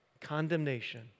Condemnation